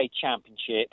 Championship